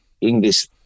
English